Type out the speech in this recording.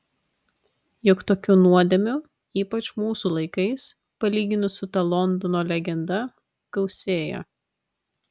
juk tokių nuodėmių ypač mūsų laikais palyginus su ta londono legenda gausėja